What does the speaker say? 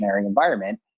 environment